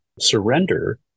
surrender